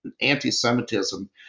anti-Semitism